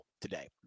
today